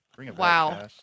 Wow